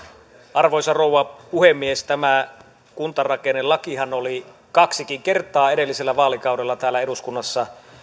arvoisa rouva puhemies tämä kuntarakennelakihan oli kaksikin kertaa edellisellä vaalikaudella täällä eduskunnassa